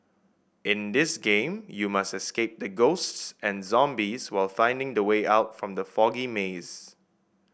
in this game you must escape the ghosts and zombies while finding the way out from the foggy maze